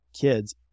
kids